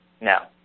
No